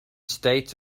state